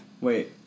Wait